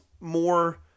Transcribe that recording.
more